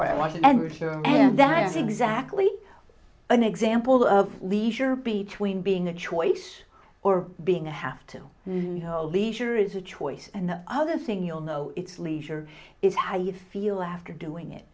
where i want to and richard that is exactly an example of leisure between being a choice or being a have to leisure is a choice and the other thing you'll know it's leisure is how you feel after doing it